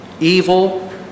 evil